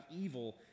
evil